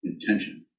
intention